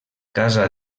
casa